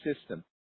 system